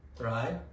Right